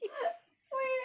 we are